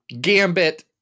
gambit